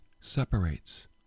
separates